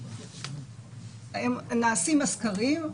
נעשים הסקרים,